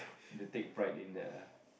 they take pride in their